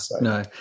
No